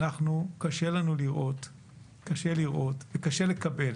קשה לנו לראות וקשה לקבל